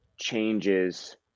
changes